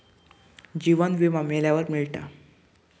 जीवन विमा मेल्यावर मिळता